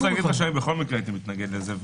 בכל מקרה הייתי מתנגד לזה.